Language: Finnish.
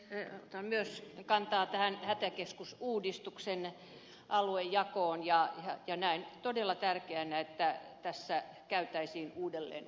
otan myös kantaa tähän hätäkeskusuudistuksen aluejakoon ja näen todella tärkeänä että tässä käytäisiin uudelleenarviointia